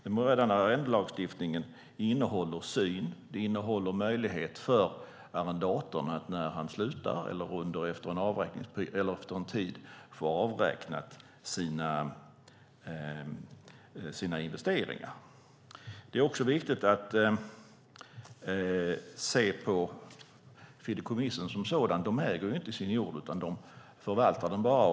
Den moderna arrendelagstiftningen innehåller syn, och den innehåller möjlighet för arrendatorn att få sina investeringar avräknade en tid efter att han eller hon slutar. Det är också viktigt att se på fideikommissen som sådan. De äger inte sin jord, utan de förvaltar den bara.